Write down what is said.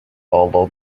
although